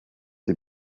sie